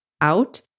out